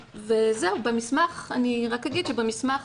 אני רק אגיד שבמסמך